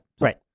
right